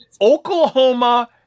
Oklahoma